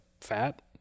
fat